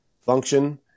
function